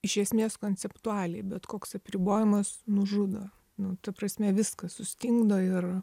iš esmės konceptualiai bet koks apribojimas nužudo nu ta prasme viskas sustingdo ir